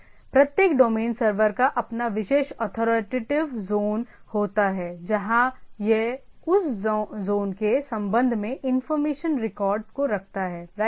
इसलिए प्रत्येक domain server का अपना विशेष अथॉरिटेटिव जॉन होता है जहां यह उस जॉन के संबंध में इंफॉर्मेशन रिकॉर्ड को रखता है राइट